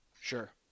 Sure